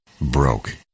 broke